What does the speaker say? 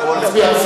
להצביע.